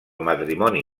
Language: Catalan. matrimoni